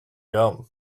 gum